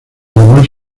más